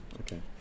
Okay